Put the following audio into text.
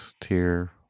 tier